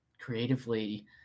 creatively